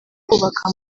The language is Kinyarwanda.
kubaka